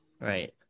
right